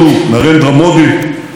ביקור שלעולם לא אשכח.